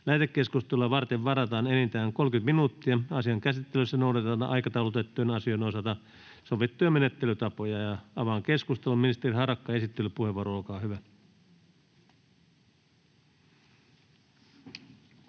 Lähetekeskustelua varten varataan enintään 30 minuuttia. Asian käsittelyssä noudatetaan aikataulutettujen asioiden osalta sovittuja menettelytapoja. — Avaan keskustelun. Ministeri Harakka, esittelypuheenvuoro, olkaa hyvä.